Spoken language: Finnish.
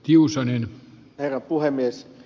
arvoisa herra puhemies